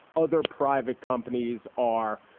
other private companies are